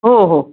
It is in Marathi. हो हो